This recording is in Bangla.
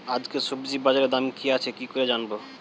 আজকে সবজি বাজারে দাম কি আছে কি করে জানবো?